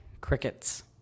crickets